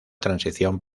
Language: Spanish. transición